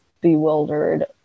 bewildered